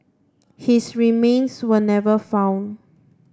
his remains were never found